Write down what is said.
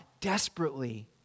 desperately